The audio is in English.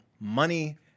money